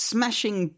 Smashing